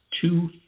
two